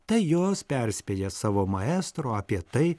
tai jos perspėja savo maestro apie tai